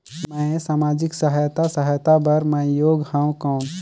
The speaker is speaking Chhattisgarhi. मैं समाजिक सहायता सहायता बार मैं योग हवं कौन?